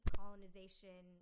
colonization